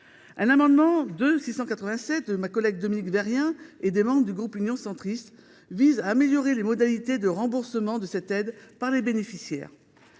L’amendement II 687 rectifié de Dominique Vérien et des membres du groupe Union Centriste vise à améliorer les modalités de remboursement de cette aide par les bénéficiaires.